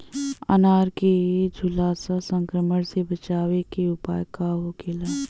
अनार के झुलसा संक्रमण से बचावे के उपाय का होखेला?